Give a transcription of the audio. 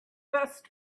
best